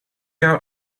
out